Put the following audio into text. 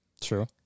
True